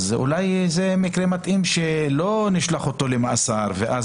אולי זה מקרה מתאים שלא נשלח אותו למאסר כאשר